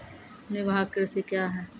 निवाहक कृषि क्या हैं?